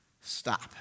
stop